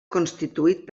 constituït